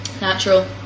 natural